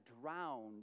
drowned